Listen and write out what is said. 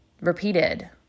repeated